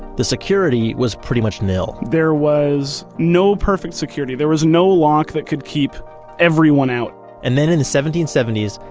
the security was pretty much nil there was no perfect security. there was no lock that could keep everyone out and then in the seventeen seventy s,